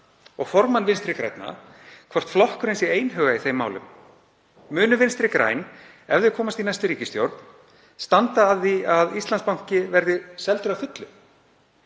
og formann Vinstri grænna hvort flokkurinn sé einhuga í þeim málum. Munu Vinstri græn, ef þau komast í næstu ríkisstjórn, standa að því að Íslandsbanki verði seldur að fullu?